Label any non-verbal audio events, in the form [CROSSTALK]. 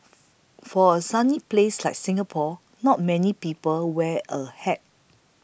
[NOISE] for a sunny place like Singapore not many people wear a hat